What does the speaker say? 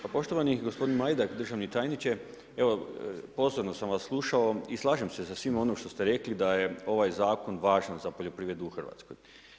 Poštovani gospodine Majdak, državni tajniče, evo, pozorno sam vas slušao i slažem se s onim što smo rekli da je ovaj zakon važan za poljoprivredu u Hrvatsku.